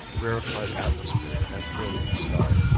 rarefied atmosphere and brilliant sky.